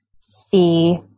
see